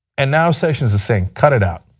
and now sessions is saying cut it out.